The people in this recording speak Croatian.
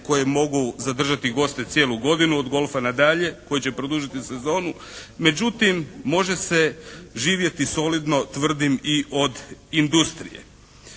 koji mogu zadržati goste cijelu godinu, od golfa na dalje koji će produžiti sezonu. Međutim može se živjeti solidno tvrdim i od industrije.